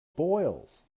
boils